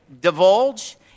divulge